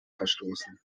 verstoßen